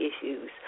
issues